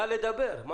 נא לדבר.